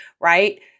Right